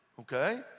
Okay